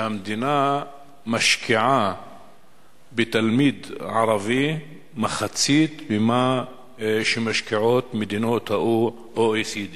שהמדינה משקיעה בתלמיד ערבי מחצית ממה שמשקיעות מדינות ה-OECD.